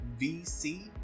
VC